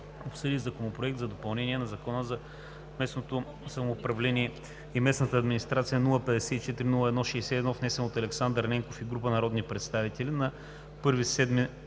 обсъди Законопроект за допълнение на Закона за местното самоуправление и местната администрация, № 054-01-61, внесен от Александър Ненков и група народни представители на 1 юли 2020 г.,